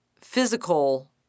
physical